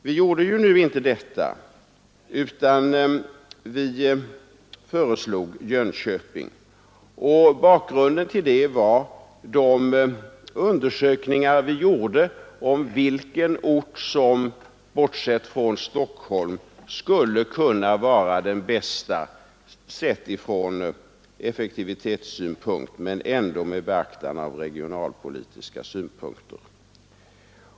Vi gjorde nu inte detta utan föreslog Jönköping, och bakgrunden till det var de undersökningar vi gjorde om vilken ort som bortsett från Stockholm skulle kunna vara den bästa, sett från effektivitetssynpunkt men ändå med beaktande av regionalpolitiska synpunkter.